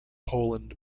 poland